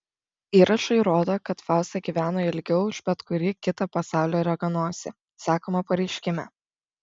įrašai rodo kad fausta gyveno ilgiau už bet kurį kitą pasaulio raganosį sakoma pareiškime